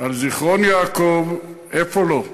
על זיכרון-יעקב, איפה לא,